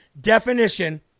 definition